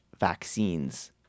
vaccines